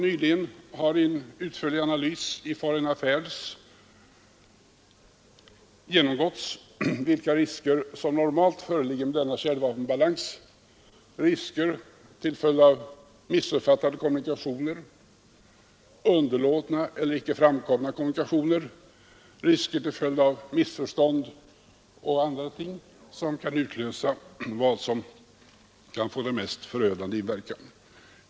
Nyligen har en utförlig analys i Foreign Affaires angivit vilka risker som normalt föreligger med denna kärnvapenbalans, risker till följd av missuppfattningar, underlåtna eller icke framkomna meddelanden, risker till följd av andra ting, som kan utlösa vad som kan få den mest förödande inverkan.